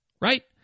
right